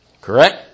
Correct